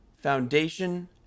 Foundation